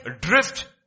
drift